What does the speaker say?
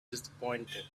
disappointed